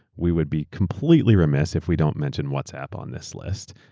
we would be completely remiss if we don't mention whatsapp on this list.